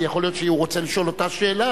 כי יכול להיות שהוא רוצה לשאול את אותה שאלה.